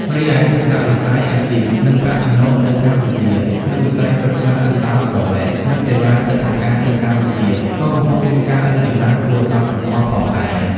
រីឯ ទស្សនវិស័យអាជីព និងប្រាក់ចំណូលនៅកម្ពុជា ក្នុងវិស័យប្រឹក្សាអន្តោប្រវេសន៍ និងសេវាទិដ្ឋាការនៅកម្ពុជាក៏កំពុងមានការរីកចម្រើនគួរឱ្យកត់សម្គាល់ផងដែរ។